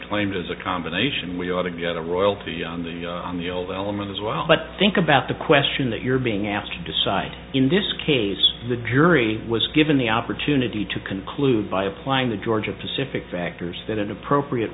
claimed as a combination we ought to get a royalty element as well but think about the question that you're being asked to decide in this case the jury was given the opportunity to conclude by applying the georgia pacific factors that an appropriate